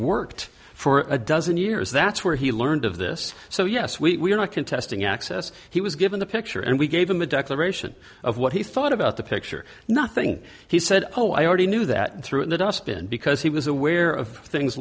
worked for a dozen years that's where he learned of this so yes we are not contesting access he was given the picture and we gave him a declaration of what he thought about the picture nothing he said oh i already knew that through the dustbin because he was aware of things